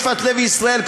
יפעת לוי ישראל,